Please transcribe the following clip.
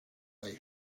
they